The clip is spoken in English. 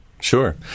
Sure